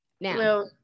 now